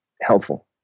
helpful